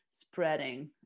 spreading